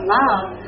love